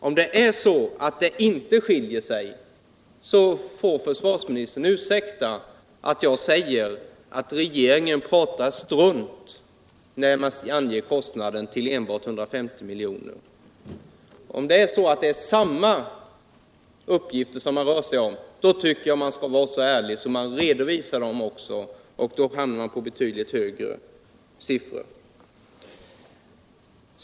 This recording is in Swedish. Om det inte finns någon skillnad, så får försvarsministern ursäkta att Jag säger all regeringen pratar strunt när man anger kostnaden till enbart 150 miljoner. Om det rör sig om samma uppgifter, då tycker jag av man skall vara så ärlig att man visar dem, och då hamnar man på betydligt högre siffror.